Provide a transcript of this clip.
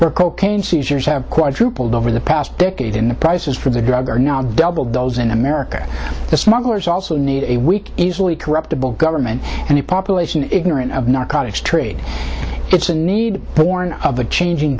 for cocaine seizures have quadrupled over the past decade in the prices for the drug are now doubled those in america the smugglers also need a weak easily corruptible government and the population ignorant of narcotics trade it's a need born of the changing